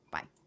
Bye